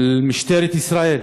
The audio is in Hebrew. על משטרת ישראל